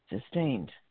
sustained